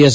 S